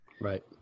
right